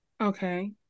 Okay